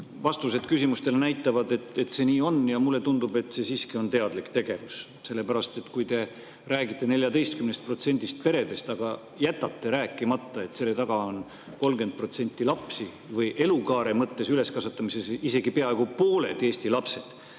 vastused küsimustele näitavad, et see nii on, ja mulle tundub, et see siiski on teadlik tegevus, sellepärast et kui te räägite 14%‑st peredest, aga jätate rääkimata, et selle taga on 30% lapsi või elukaare mõttes üleskasvatamises isegi peaaegu pooled Eesti lapsed,